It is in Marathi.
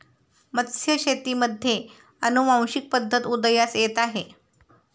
मत्स्यशेतीमध्ये अनुवांशिक पद्धत उदयास येत आहे